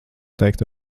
teikt